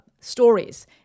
Stories